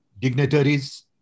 dignitaries